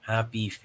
Happy